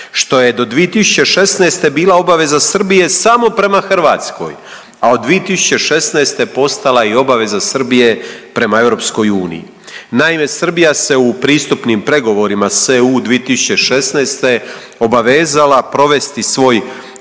Što je do 2016. bila obaveza Srbije samo prema Hrvatskoj, a od 2016. postala je i obaveza Srbije prema Europskoj uniji. Naime, Srbija se u pristupnim pregovorima s EU 2016. obavezala provesti svoj